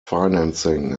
financing